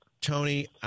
Tony